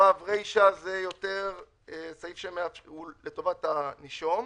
רישה זה סעיף לטובת הנישום,